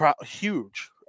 huge